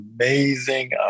amazing